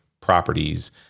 properties